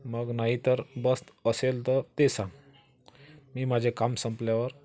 मग नाहीतर बस असेल तर ते सांग मी माझे काम संपल्यावर